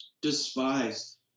despised